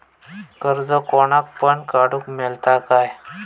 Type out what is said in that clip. कर्ज कोणाक पण काडूक मेलता काय?